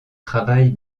travail